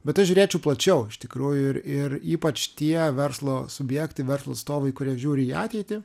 bet aš žiūrėčiau plačiau iš tikrųjų ir ir ypač tie verslo subjektai verslo atstovai kurie žiūri į ateitį